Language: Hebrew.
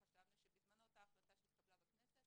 בהתייעצות עם שר האוצר ונגיד בנק ישראל ובאישור ועדת הכלכלה של הכנסת,